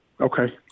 Okay